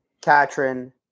Katrin